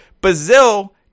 Brazil